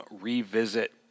revisit